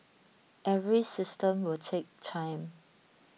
every system will take time